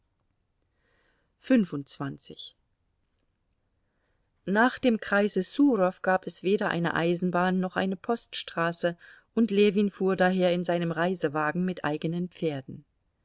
nach dem kreise surow gab es weder eine eisenbahn noch eine poststraße und ljewin fuhr daher in seinem reisewagen mit eigenen pferden